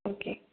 okay